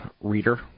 reader